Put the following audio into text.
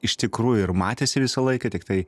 iš tikrųjų ir matėsi visą laiką tiktai